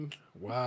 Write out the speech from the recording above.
Wow